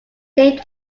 named